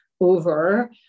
over